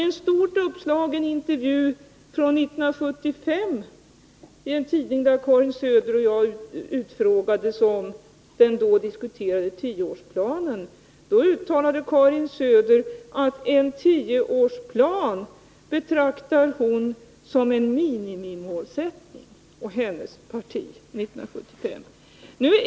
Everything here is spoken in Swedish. I en stort uppslagen intervju 1975 i en tidning, där Karin Söder och jag utfrågades om den då diskuterade tioårsplanen, uttalade Karin Söder att en tioårsplan betraktades av henne och hennes parti som en minimimålsättning 1975.